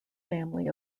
family